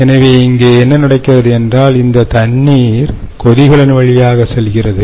எனவே இங்கே என்ன நடக்கிறது என்றால் இந்த தண்ணீர் கொதிகலன் வழியாக செல்கிறது